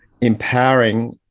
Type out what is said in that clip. empowering